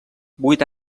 vuit